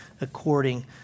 according